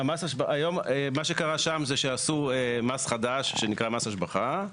היום, מה שקרה שם זה שעשו מס חדש שנקרא מס השבחה,